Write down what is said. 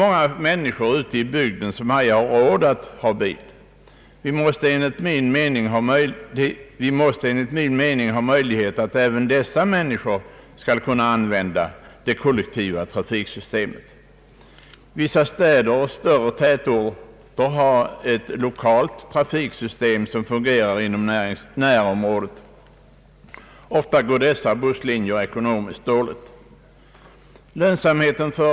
Många människor har inte råd att köpa bil, och de måste enligt min mening ges möjligheter att använda det kollektiva trafiksystemet. Vissa städer och större tätorter har ett lokalt trafiksystem som fungerar inom närområdet. Ofta går dessa busslinjer ekonomiskt dåligt.